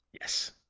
Yes